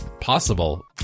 Possible